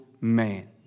man